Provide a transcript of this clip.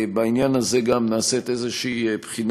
בעניין הזה גם נעשית איזושהי בחינה